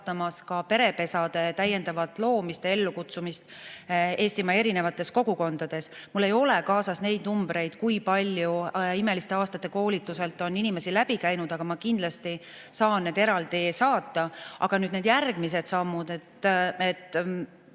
ka perepesade täiendavat loomist ja ellukutsumist Eestimaa erinevates kogukondades. Mul ei ole kaasas neid numbreid, kui palju "Imeliste aastate" koolituselt on inimesi läbi käinud, aga ma kindlasti saan need eraldi saata. Aga nüüd need järgmised sammud,